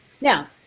now